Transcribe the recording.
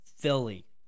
Philly